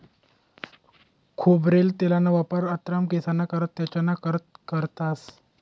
खोबरेल तेलना वापर अन्नमा, केंससना करता, त्वचाना कारता करतंस